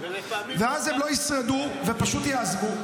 ואז הם לא ישרדו ופשוט יעזבו,